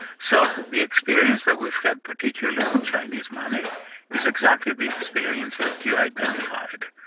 so the experience that we've had particularly with chinese money is exactly the experience that you identified.